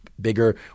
bigger